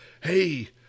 hey